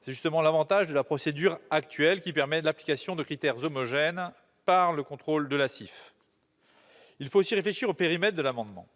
C'est justement l'avantage de la procédure actuelle, qui permet l'application de critères homogènes grâce au contrôle de la CIF. Il convient également de réfléchir au périmètre du mécanisme prévu par l'amendement.